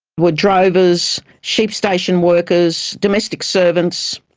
were drovers, sheep station workers, domestic servants.